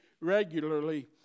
regularly